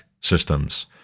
systems